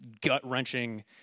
gut-wrenching